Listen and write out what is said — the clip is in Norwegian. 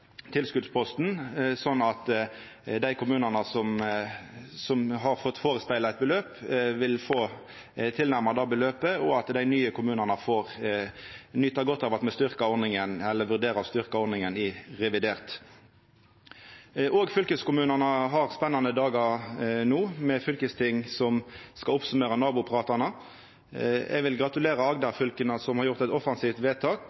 tilskotsposten, sånn at dei kommunane som har fått førespegla eit beløp, vil få tilnærma det beløpet, og at dei nye kommunane får nyta godt av at me vurderer å styrkja ordninga i revidert. Òg fylkeskommunane har spennande dagar no med fylkesting som skal summera opp nabopratane. Eg vil gratulera Agder-fylka som har gjort eit offensivt vedtak